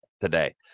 today